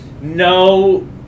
No